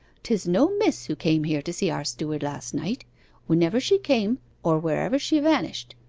tis no miss who came here to see our steward last night whenever she came or wherever she vanished.